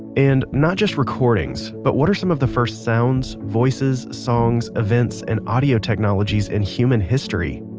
and, not just recordings, but what are some of the first sounds, voices, songs, events, and audio technologies, in human history?